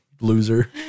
loser